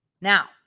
Now